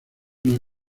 una